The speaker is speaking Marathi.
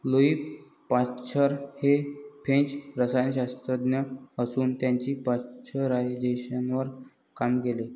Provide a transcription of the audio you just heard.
लुई पाश्चर हे फ्रेंच रसायनशास्त्रज्ञ असून त्यांनी पाश्चरायझेशनवर काम केले